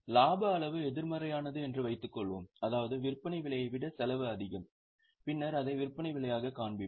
லாப அளவு எதிர்மறையானது என்று வைத்துக்கொள்வோம் அதாவது விற்பனை விலையை விட செலவு அதிகம் பின்னர் அதை விற்பனை விலையாகக் காண்பிப்போம்